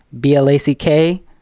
b-l-a-c-k